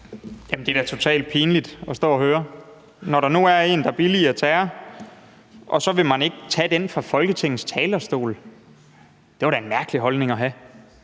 det er da totalt pinligt at stå og høre – der er en, der billiger terror, og så vil man ikke tage den fra Folketingets talerstol. Det var da en mærkelig holdning at have.